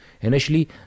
initially